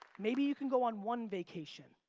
maybe you can go on one vacation.